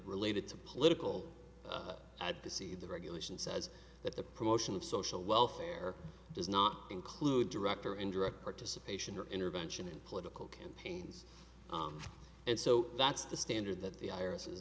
related to political at the sea the regulation says that the promotion of social welfare does not include direct or indirect participation or intervention in political campaigns and so that's the standard that the iris